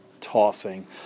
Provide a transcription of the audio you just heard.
tossing